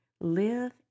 Live